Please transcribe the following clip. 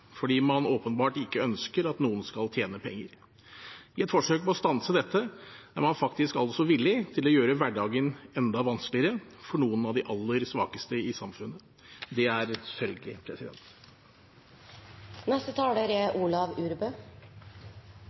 fordi man åpenbart ikke ønsker at noen skal tjene penger. I et forsøk på å stanse dette er man altså villig til å gjøre hverdagen enda vanskeligere for noen av de aller svakeste i samfunnet. Det er